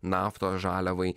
naftos žaliavai